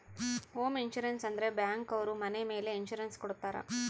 home insurance ಅಂದ್ರೆ bank ಅವ್ರು ಮನೆ ಮೇಲೆ ಇನ್ಸೂರೆನ್ಸ್ ಕೊಡ್ತಾರ